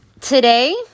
today